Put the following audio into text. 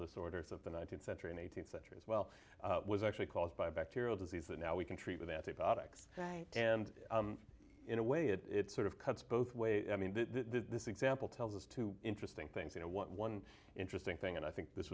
disorders of the nineteenth century and eighteenth century as well was actually caused by a bacterial disease that now we can treat with antibiotics and in a way it's sort of cuts both ways i mean this example tells us two interesting things and one interesting thing and i think this